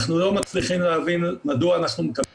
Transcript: אנחנו לא מצליחים להבין מדוע אנחנו מקבלים